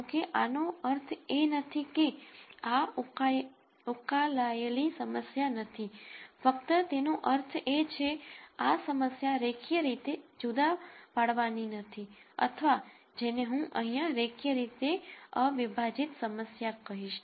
જો કે આનો અર્થ એ નથી કે આ ઉકેલાયેલી સમસ્યા નથી ફક્ત તેનો અર્થ એ છે કે આ સમસ્યા રેખીય રીતે જુદા પાડવાની નથી અથવા જેને હું અહીંયા રેખીય રીતે અવિભાજિત સમસ્યા કહીશ